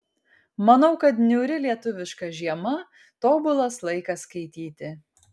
manau kad niūri lietuviška žiema tobulas laikas skaityti